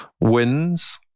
wins